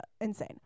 Insane